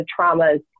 traumas